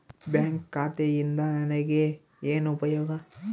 Bank ಖಾತೆಯಿಂದ ನನಗೆ ಏನು ಉಪಯೋಗ?